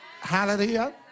hallelujah